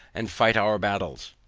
and fight our battles.